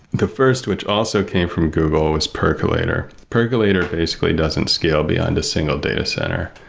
the first, which also came from google, is percolator. percolator basically doesn't scale beyond a single data center.